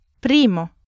Primo